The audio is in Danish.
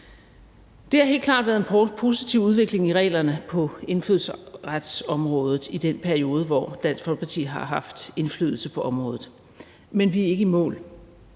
Der har helt klart været en positiv udvikling i reglerne på indfødsretsområdet i den periode, hvor Dansk Folkeparti har haft indflydelse på området, men vi er ikke i mål.